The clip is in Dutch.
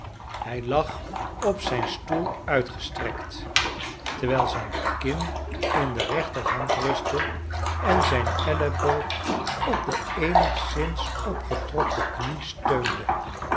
hij lag op zijn stoel uitgestrekt terwijl zijn kin in de rechterhand ruste en zijn elleboog op de eenigszins opgetrokken knie steunde